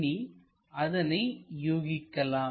இனி அதனை யூகிக்கலாம்